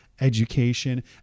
education